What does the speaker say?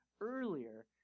earlier